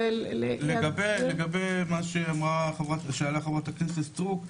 לגבי מה שאמרה חברת הכנסת סטרוק,